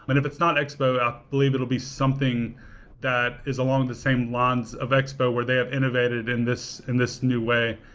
and if it's not expo, i believe it will be something that is along the same lines of expo where they have innovated in this in this new way,